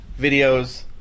videos